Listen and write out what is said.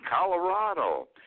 Colorado